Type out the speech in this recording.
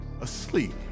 asleep